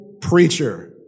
preacher